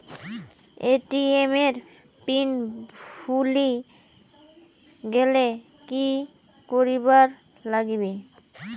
ATM এর pin ভুলি গেলে কি করিবার লাগবে?